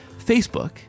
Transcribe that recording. Facebook